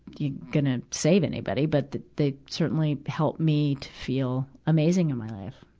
you gonna save anybody, but they certainly help me to feel amazing in my life.